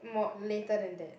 more later than that